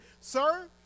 sir